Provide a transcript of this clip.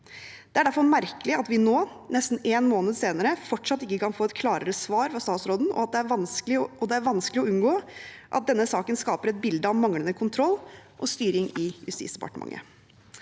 Det er derfor merkelig at vi nå, nesten en måned senere, fortsatt ikke kan få et klarere svar fra statsråden, og det er vanskelig å unngå at denne saken skaper et bilde av manglende kontroll og styring i Justisdepartementet.